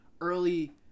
Early